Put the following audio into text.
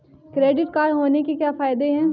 Credit card होने के क्या फायदे हैं?